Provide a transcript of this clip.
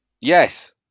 Yes